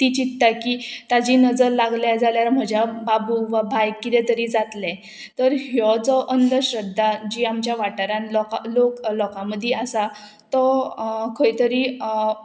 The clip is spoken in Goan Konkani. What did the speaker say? ती चित्ता की ताजी नजर लागले जाल्यार म्हज्या बाबू वा भायक कितें तरी जातले तर ह्यो जो अंधश्रध्दा जी आमच्या वाठारान लोकां लोक लोकां मदीं आसा तो खंय तरी